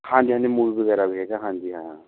ਹਾਂਜੀ ਹਾਂਜੀ ਮੂਵੀ ਵਗੈਰਾ ਵੀ ਹੈਗਾ ਹਾਂਜੀ ਹਾਂ